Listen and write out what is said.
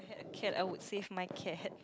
cat I would save my cat